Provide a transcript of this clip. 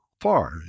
far